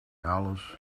alice